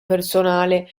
personale